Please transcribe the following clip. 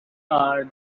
are